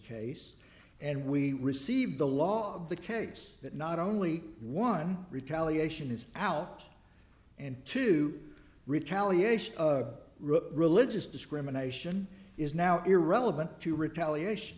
case and we receive the law of the case that not only one retaliation is out and two retaliation of religious discrimination is now irrelevant to retaliat